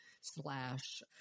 slash